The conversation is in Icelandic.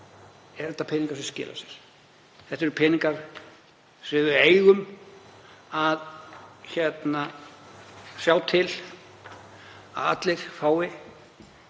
eru þetta peningar sem skila sér. Þetta eru peningar sem við eigum að sjá til að allir fái